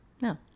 No